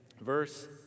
Verse